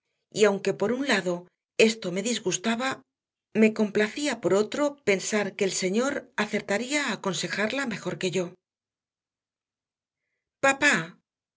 y aunque por un lado esto me disgustaba me complacía por otro pensar que el señor acertaría a aconsejarla mejor que yo papá